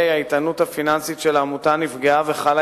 האיתנות הפיננסית של העמותה נפגעה וחלה